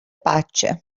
pace